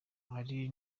ari